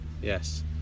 Yes